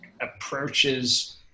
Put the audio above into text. approaches